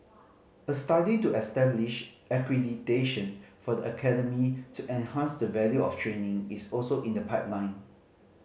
a study to establish accreditation for the academy to enhance the value of training is also in the pipeline